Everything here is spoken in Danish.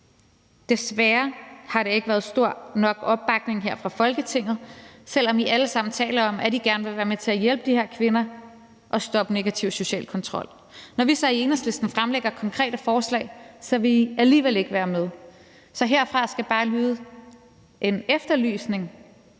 desværre har der ikke været stor nok opbakning her fra Folketingets side, selv om I alle sammen taler om, at I gerne være med til at hjælpe de her kvinder og stoppe negativ social kontrol. Når vi så i Enhedslisten fremlægger konkrete forslag, vil I alligevel ikke være med. Så herfra skal bare lyde en efterlysning